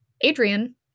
Adrian